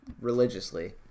religiously